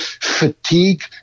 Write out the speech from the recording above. fatigue